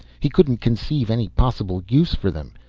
he couldn't conceive any possible use for them.